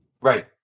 Right